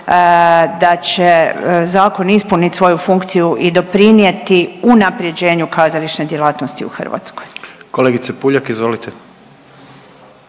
da će zakon ispunit svoju funkciju i doprinijeti unaprjeđenju kazališne djelatnosti u Hrvatskoj. **Jandroković,